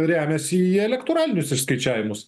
remiasi į elektroninius išskaičiavimus